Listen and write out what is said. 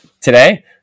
Today